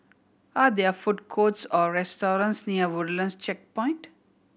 are there food courts or restaurants near Woodlands Checkpoint